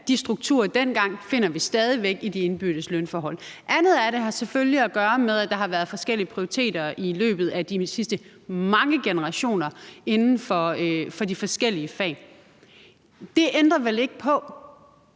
de strukturer fra dengang finder vi stadig væk i de indbyrdes lønforhold. Noget andet af det har selvfølgelig at gøre med, at der har været forskellige prioriteter i løbet af de sidste mange generationer i de forskellige fag. Men det ændrer vel ikke på,